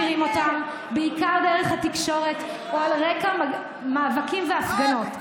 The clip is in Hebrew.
רובכם מכירים אותם בעיקר דרך התקשורת או על רקע מאבקים והפגנות.